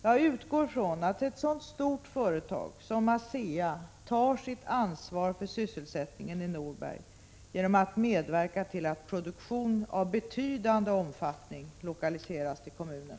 Jag utgår från att ett så stort företag som ASEA tar sitt ansvar för sysselsättningen i Norberg genom att medverka till att produktion av betydande omfattning lokaliseras till kommunen.